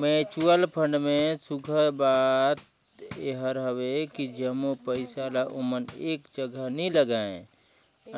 mutual fund में सुग्घर बात एहर हवे कि जम्मो पइसा ल ओमन एक जगहा नी लगाएं,